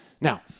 Now